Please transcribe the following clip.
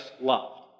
loved